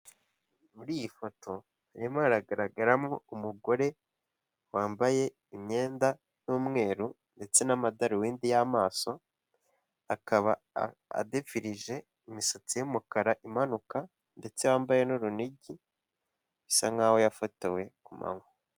Muri iyi foto harimo hagaragaramo umugore wambaye imyenda y'umweru ndetse n'amadarubindi y'amaso, akaba adefirije imisatsi y'umukara imanuka ndetse yambaye n'urunigi bisa nk'aho yafatiwe ku manywa.